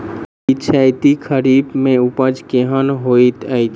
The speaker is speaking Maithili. पिछैती खरीफ मे उपज केहन होइत अछि?